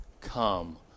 come